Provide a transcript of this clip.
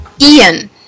Ian